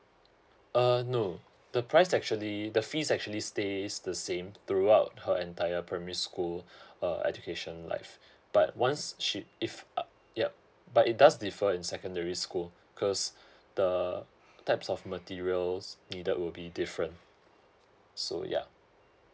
uh no the price actually the fees actually stays the same throughout her entire primary school uh education life but once she if uh yup but it does differ in secondary school because the types of materials needed will be different so yeah